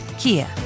Kia